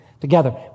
together